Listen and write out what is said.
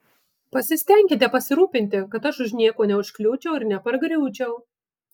pasistenkite pasirūpinti kad aš už nieko neužkliūčiau ir nepargriūčiau